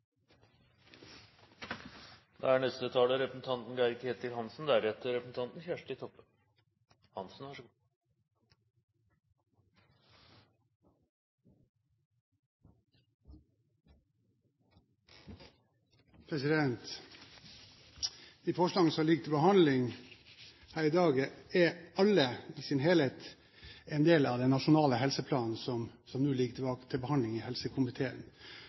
da fylkeskommunene hadde ansvaret for sykehusene. De forslagene som ligger til behandling her i dag, er alle i sin helhet en del av den nasjonale helseplanen som nå ligger til behandling i helsekomiteen,